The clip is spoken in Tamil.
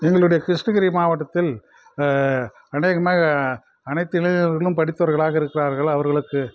எங்களுடைய கிருஷ்ணகிரி மாவட்டத்தில் அநேகமாக அனைத்து இளைஞர்களும் படித்தவர்களாக இருக்கிறார்கள் அவர்களுக்கு